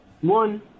one